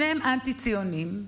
שניהם אנטי-ציונים,